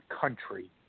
country